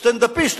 סטנדאפיסט,